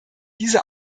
diese